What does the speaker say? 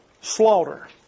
Slaughter